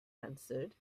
answered